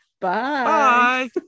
bye